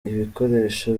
ibikoresho